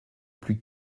plus